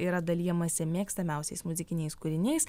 yra dalijamasi mėgstamiausiais muzikiniais kūriniais